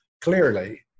clearly